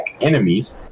enemies